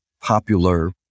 popular